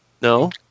No